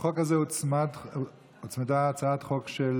לחוק הזה הוצמדה הצעת חוק של